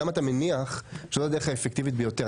למה אתה מניח שזו הדרך האפקטיבית ביותר.